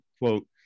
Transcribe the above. quote